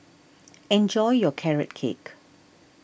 enjoy your Carrot Cake